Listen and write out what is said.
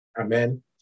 Amen